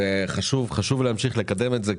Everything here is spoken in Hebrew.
וחשוב להמשיך לקדם את זה,